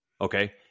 okay